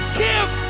give